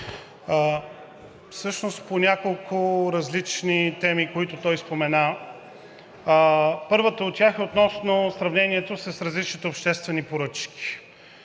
всъщност по няколко различни теми, които той спомена. Първата от тях е относно сравнението с различните обществени поръчки.